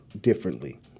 differently